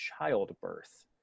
childbirth